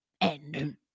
End